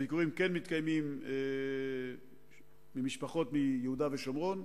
הביקורים כן מתקיימים לגבי משפחות מיהודה ושומרון.